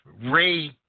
Ray